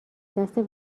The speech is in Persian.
دست